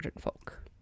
folk